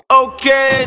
okay